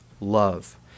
love